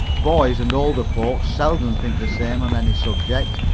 boys and older folks seldom think the same on any subject,